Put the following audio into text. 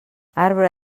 arbre